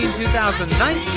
2019